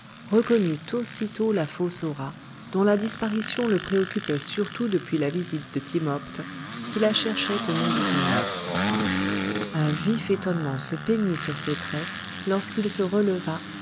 reconnut aussitôt la fausse hora dont la disparition le préoccupait surtout depuis la visite de timopht qui la cherchait au nom de son maître un vif étonnement se peignit sur ses traits lorsqu'il se releva